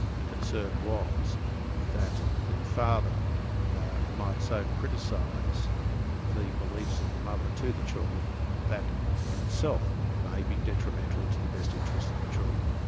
the concern was that the father might so criticise the beliefs of the other to the children that in itself may be detrimental to the best interests of the children.